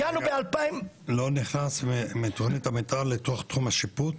לא נכנס מתכנית המתאר לתוך תחום השיפוט?